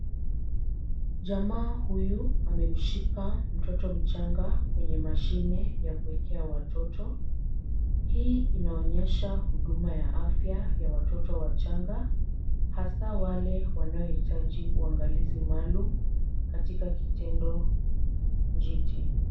Jamaa huyu amemshika mtoto mchanga kwenye mashine ya kuwekea mtoto. Hii inaonyesha huduma ya afya ya watoto wachanga hasa wale wanaohitaji uangalizi maalumu katika kitendo njiti.